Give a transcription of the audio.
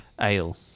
ale